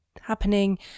happening